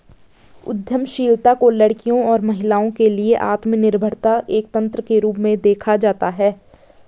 उद्यमशीलता को लड़कियों और महिलाओं के लिए आत्मनिर्भरता एक तंत्र के रूप में देखा जाता है